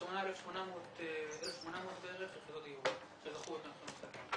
שמונה 1,800 בערך יחידות דיור שזכו ב'מחיר למשתכן'.